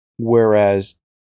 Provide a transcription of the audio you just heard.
whereas